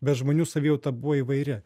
bet žmonių savijauta buvo įvairi